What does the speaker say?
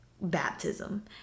baptism